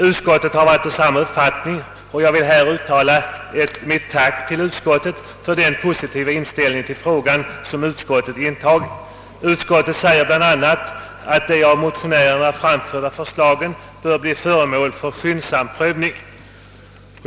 Utskottet har varit av samma uppfattning, och jag vill här uttala mitt tack för dess positiva inställning till frågan. Utskottet säger bl.a. att de av motionärerna framförda förslagen bör bli föremål för skyndsam prövning.